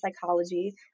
psychology